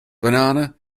banana